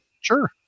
Sure